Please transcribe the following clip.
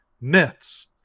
myths